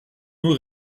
nur